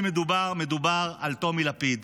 מדובר על טומי לפיד.